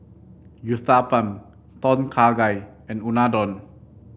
Uthapam Tom Kha Gai and Unadon